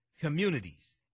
communities